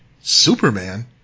Superman